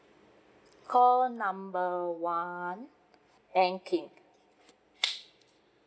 call number one banking